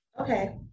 Okay